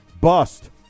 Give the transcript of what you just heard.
bust